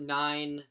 nine